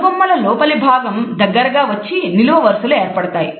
కనుబొమ్మల లోపలి భాగం దగ్గరగా వచ్చి నిలువ వరుసలు ఏర్పడతాయి